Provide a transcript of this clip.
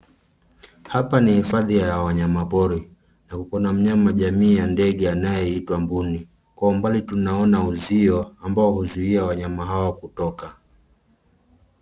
Hapa ni hifadhi ya wanyama pori na kuna mnyama jamii ya ndege anayeitwa mbuni. Kwa umbali tunaona uzio ambao huzuia wanyama hao kutoka.